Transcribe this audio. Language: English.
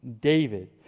david